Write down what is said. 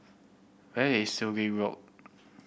where is Sungei Road